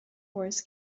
wars